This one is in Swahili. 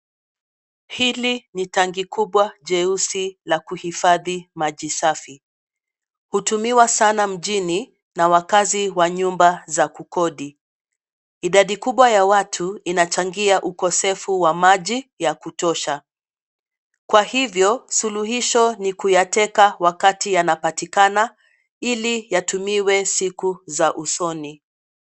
Hili ni tangi kubwa jeusi la kuhifadhi maji safi. Hutumiwa sana mjini na wakazi wa nyumba za kukodi. Idadi kubwa ya watu inachangia ukosefu wa maji ya kutosha. Kwahivyo, suluhisho ni ya kuyateka wakati yanapatikana ili yatumiwe siku za usoni.